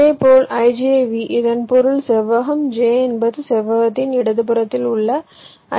இதேபோல் ijV இதன் பொருள் செவ்வகம் j என்பது செவ்வகத்தின் இடதுபுறத்தில் உள்ளது